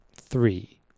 Three